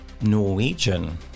norwegian